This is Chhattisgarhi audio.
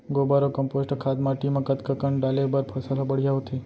गोबर अऊ कम्पोस्ट खाद माटी म कतका कन डाले बर फसल ह बढ़िया होथे?